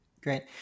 Great